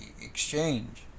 exchange